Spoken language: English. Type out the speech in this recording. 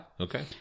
Okay